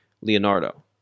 Leonardo